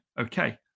okay